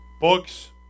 Books